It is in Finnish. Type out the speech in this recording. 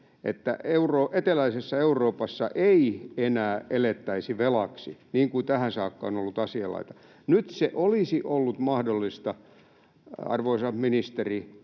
että eteläisessä Euroopassa ei enää elettäisi velaksi, niin kuin tähän saakka on ollut asianlaita. Nyt olisi ollut mahdollista, arvoisa ministeri,